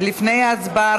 לפני ההצבעה,